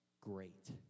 great